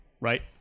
right